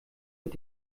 mit